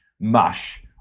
mush